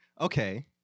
Okay